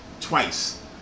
Twice